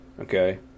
okay